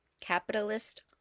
Capitalist